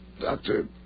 Doctor